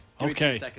Okay